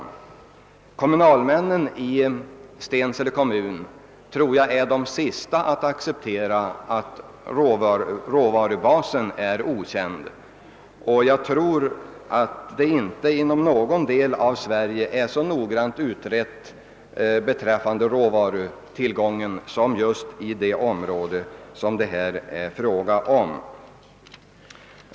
Jag tror att kommunalmännen i Stensele kommun är de sista att acceptera att råvarubasen skulle vara okänd. Jag tror inte att det inom någon del av Sverige gjorts så noggranna utredningar beträffande råvarutillgången som just i det område det här är fråga om.